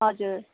हजुर